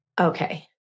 Okay